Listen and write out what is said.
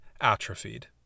atrophied